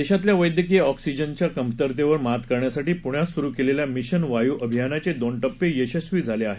देशातल्या वैद्यकीय ऑक्सिजनच्या कमतरतेवर मात करण्यासाठी पुण्यात सुरु केलेल्या मिशन वायू अभियानाचे दोन टप्पे यशस्वी झाले आहेत